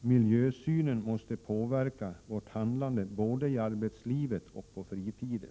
Miljöhänsynen måste påverka vårt handlande både i arbetslivet och på fritiden.